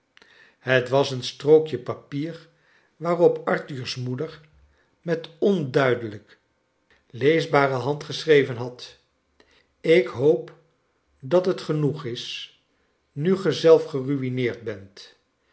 het was een strookje papier waarop arthur's moeder met onduidelijk leesbare hand geschreven had j ik hoop dat het genoeg is nu ge zelf geruineerd bent